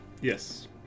Yes